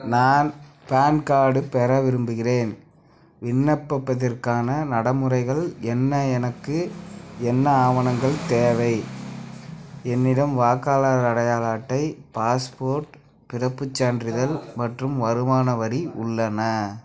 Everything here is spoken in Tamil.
நான் பான் கார்டு பெற விரும்புகின்றேன் விண்ணப்பப்பதிற்கான நடைமுறைகள் என்ன எனக்கு என்ன ஆவணங்கள் தேவை என்னிடம் வாக்காளர் அடையாள அட்டை பாஸ்போர்ட் பிறப்புச் சான்றிதழ் மற்றும் வருமான வரி உள்ளன